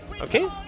okay